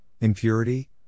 impurity